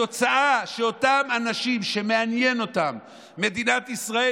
התוצאה: אותם אנשים שמעניין אותם שמדינת ישראל,